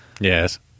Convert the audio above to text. Yes